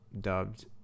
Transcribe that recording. dubbed